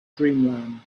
dreamland